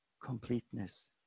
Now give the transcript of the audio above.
completeness